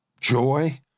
joy